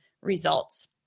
results